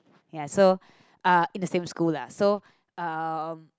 ya so uh in the same school lah so um